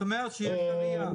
זאת אומרת שיש עלייה.